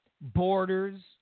borders